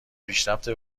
پیشرفت